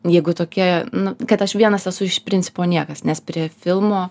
jeigu tokie nu kad aš vienas esu iš principo niekas nes prie filmo